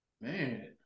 Man